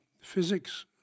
physics